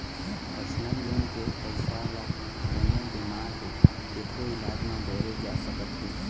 personal loan के पइसा ल कोनो बेमार हे तेखरो इलाज म बउरे जा सकत हे